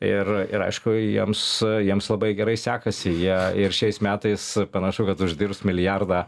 ir ir aišku jiems jiems labai gerai sekasi jie ir šiais metais panašu kad uždirbs milijardą